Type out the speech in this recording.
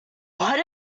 what